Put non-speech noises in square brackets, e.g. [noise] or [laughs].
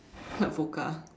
[laughs] vodka